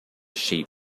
sheep